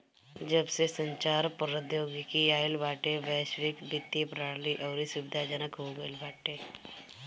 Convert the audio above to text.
जबसे संचार प्रौद्योगिकी आईल बाटे वैश्विक वित्तीय प्रणाली अउरी सुविधाजनक हो गईल बाटे